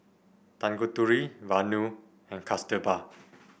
Tanguturi Vanu and Kasturba